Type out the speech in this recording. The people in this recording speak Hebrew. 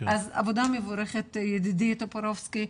אז עבודה מבורכת, ידידי טופורובסקי.